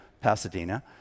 Pasadena